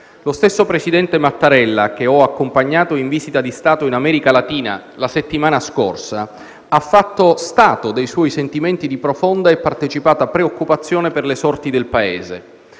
Lo stesso presidente della Repubblica Mattarella, che ho accompagnato in una visita di Stato in America Latina la scorsa settimana, ha fatto stato dei suoi sentimenti di profonda e partecipata preoccupazione per le sorti del Paese.